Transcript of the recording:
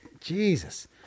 Jesus